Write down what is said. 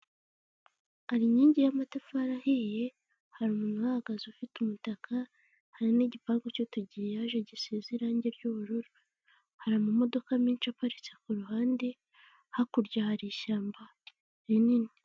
Hari inkingi y'amatafari ahiye, hari umuntu uhahagaze ufite umutaka, hari n'igipangu cy'utugiriyaje gisize irangi ry'ubururu. Hari amamodoka menshi aparitse ku ruhande, hakurya hari ishyamba rinini.